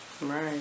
Right